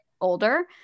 older